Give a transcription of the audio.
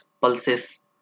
pulses